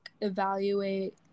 evaluate